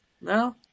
No